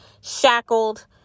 shackled